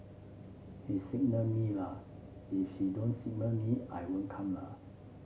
he signal me la if he don't signal me I won't come la